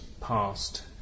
past